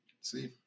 See